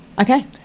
okay